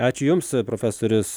ačiū jums profesorius